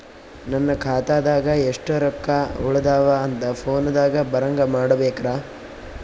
ನನ್ನ ಖಾತಾದಾಗ ಎಷ್ಟ ರೊಕ್ಕ ಉಳದಾವ ಅಂತ ಫೋನ ದಾಗ ಬರಂಗ ಮಾಡ ಬೇಕ್ರಾ?